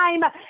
time